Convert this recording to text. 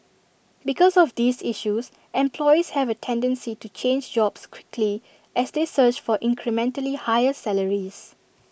because of these issues employees have A tendency to change jobs quickly as they search for incrementally higher salaries